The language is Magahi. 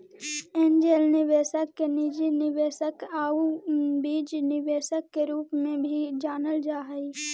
एंजेल निवेशक के निजी निवेशक आउ बीज निवेशक के रूप में भी जानल जा हइ